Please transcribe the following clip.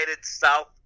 south